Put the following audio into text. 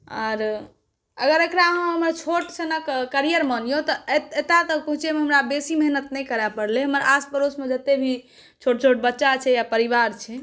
आओर अगर एकरा अहाँ छोटसनके करियर मानिऔ तऽ एतऽ तक पहुँचैमे हमरा बेसी मेहनति नहि करऽ पड़लै हमर आसपड़ोसमे जतेक भी छोट छोट बच्चा छै या परिवार छै